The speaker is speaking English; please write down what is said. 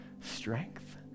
strength